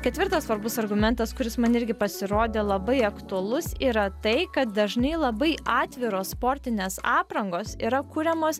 ketvirtas svarbus argumentas kuris man irgi pasirodė labai aktualus yra tai kad dažnai labai atviros sportinės aprangos yra kuriamos